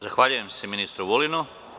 Zahvaljujem se ministru Vulinu.